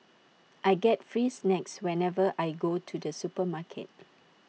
I get free snacks whenever I go to the supermarket